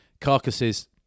Carcasses